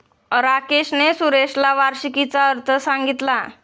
राकेशने सुरेशला वार्षिकीचा अर्थ सांगितला